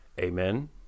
Amen